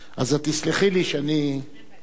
אז את תסלחי לי שאני מעדיף,